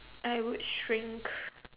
I would shrink